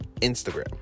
Instagram